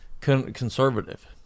conservative